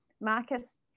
marcus